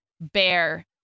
bear